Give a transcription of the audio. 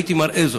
הייתי מראה זאת.